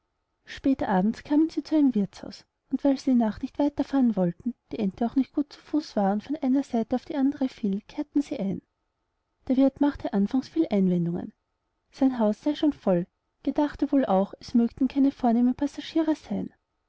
spät abends kamen sie zu einem wirthshaus und weil sie die nacht nicht weiter fahren wollten die ente auch nicht gut zu fuß war und von einer seite auf die andere fiel kehrten sie ein der wirth machte anfangs viel einwendungen sein haus sey schon voll gedachte auch wohl es mögten keine vornehme passagiere seyn